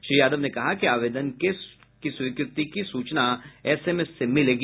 श्री यादव ने कहा कि आवेदन के स्वीकृति की सूचना एसएमएस से मिलेगी